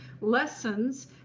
lessons